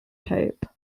type